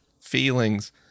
feelings